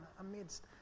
amidst